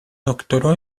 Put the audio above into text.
doctoró